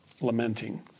lamenting